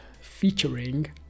featuring